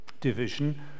division